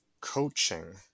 coaching